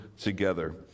together